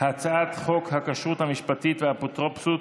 הצעת חוק הכשרות המשפטית והאפוטרופסות